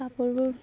কাপোৰবোৰ